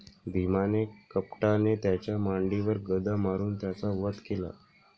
भीमाने कपटाने त्याच्या मांडीवर गदा मारून त्याचा वध केला